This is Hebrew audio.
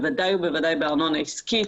בוודאי ובוודאי בארנונה עסקית,